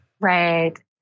Right